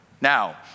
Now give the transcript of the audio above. Now